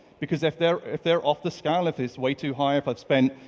because if they're if they're off the scale, if it's way too high, if i've spent